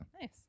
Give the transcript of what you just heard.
Nice